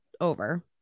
over